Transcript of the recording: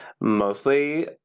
Mostly